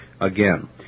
Again